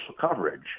coverage